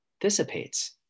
dissipates